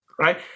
Right